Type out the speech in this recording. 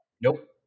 nope